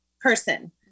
person